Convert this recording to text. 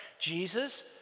Jesus